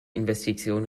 investition